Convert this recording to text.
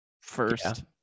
first